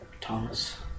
Thomas